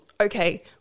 okay